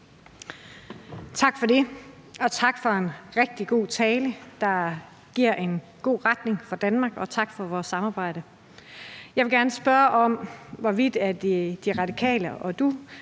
Tak for det, og tak for en rigtig god tale, der giver en god retning for Danmark, og tak for vores samarbejde. Jeg vil gerne spørge om, hvorvidt De Radikale og